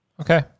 Okay